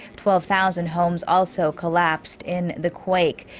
twelve thousand homes also collapsed in the quake.